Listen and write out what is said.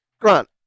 Grant